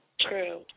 True